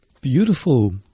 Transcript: Beautiful